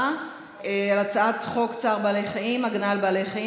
להצבעה על הצעת חוק צער בעלי חיים (הגנה על בעלי חיים)